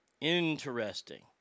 Interesting